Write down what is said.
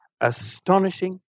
astonishing